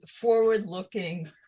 forward-looking